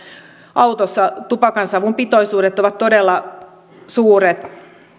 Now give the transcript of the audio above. autossa tupakansavun pitoisuudet ovat todella suuret